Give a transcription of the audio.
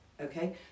okay